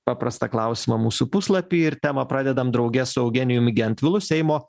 paprastą klausimą mūsų puslapy ir temą pradedam drauge su eugenijum gentvilu seimo